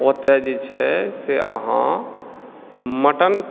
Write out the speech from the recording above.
ओतय जे छै से अहाँ मटन